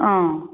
অঁ